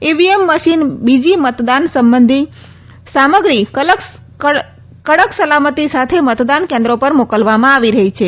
EVM machine બીજી મતદાન સંબંધી સામત્રી કડક સલામતી સાથે મતદાન કેન્દ્રો પર મોકલવામાં આવી રહી છે